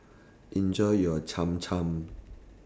Enjoy your Cham Cham